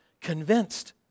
convinced